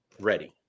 ready